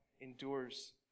endures